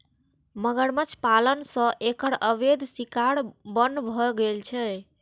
मगरमच्छ पालन सं एकर अवैध शिकार बन्न भए गेल छै